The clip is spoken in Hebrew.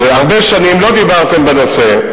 אז, הרבה שנים לא דיברתם בנושא.